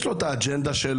יש לו את האג'נדה שלו,